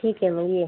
ठीक आहे मग ये